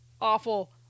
awful